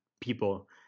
people